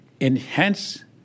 enhance